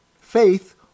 Faith